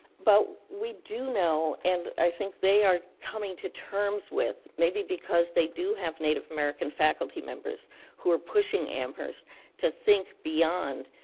but we do know, and i think they are coming to terms with maybe because they do have native american faculty members who are pushing amherst to think beyond